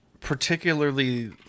particularly